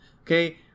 Okay